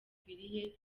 ukwiriye